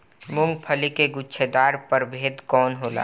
मूँगफली के गुछेदार प्रभेद कौन होला?